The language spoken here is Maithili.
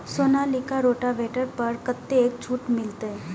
सोनालिका रोटावेटर पर कतेक छूट मिलते?